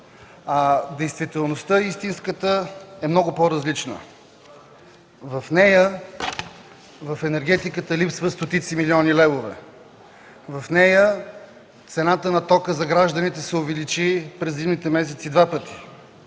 действителност е много по-различна – в енергетиката липсват стотици милиони левове, а цената на тока за гражданите се увеличи през зимните месеци два пъти.